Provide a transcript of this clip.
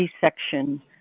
section